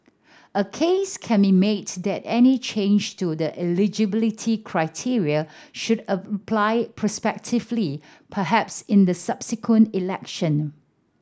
a case can be made that any change to the eligibility criteria should apply prospectively perhaps in the subsequent election